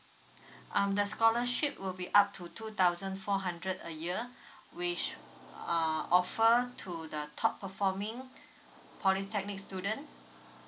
um the scholarship will be up to two thousand four hundred a year which err offer to the top performing polytechnic student